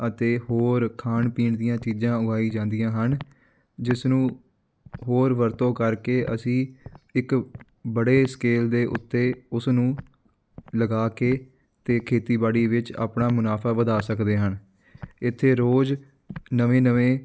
ਅਤੇ ਹੋਰ ਖਾਣ ਪੀਣ ਦੀਆਂ ਚੀਜ਼ਾਂ ਉਗਾਈ ਜਾਂਦੀਆਂ ਹਨ ਜਿਸ ਨੂੰ ਹੋਰ ਵਰਤੋਂ ਕਰਕੇ ਅਸੀਂ ਇੱਕ ਬੜੇ ਸਕੇਲ ਦੇ ਉੱਤੇ ਉਸ ਨੂੰ ਲਗਾ ਕੇ ਅਤੇ ਖੇਤੀਬਾੜੀ ਵਿੱਚ ਆਪਣਾ ਮੁਨਾਫਾ ਵਧਾ ਸਕਦੇ ਹਨ ਇੱਥੇ ਰੋਜ਼ ਨਵੇਂ ਨਵੇਂ